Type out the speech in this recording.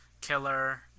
killer